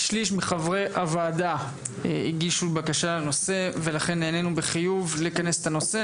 שליש מחברי הוועדה הגישו בקשה לנושא ולכן נענינו בחיוב לכנס את הנושא.